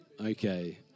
Okay